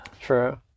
True